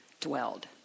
dwelled